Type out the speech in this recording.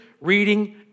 reading